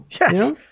Yes